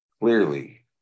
clearly